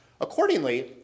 Accordingly